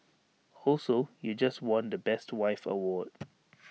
also you just won the best wife award